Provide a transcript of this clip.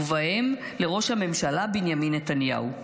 ובהן לראש הממשלה בנימין נתניהו.